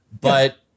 But-